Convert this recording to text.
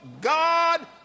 God